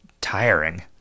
tiring